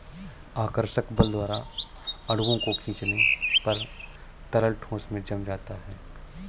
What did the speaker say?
आकर्षक बल द्वारा अणुओं को खीचने पर तरल ठोस में जम जाता है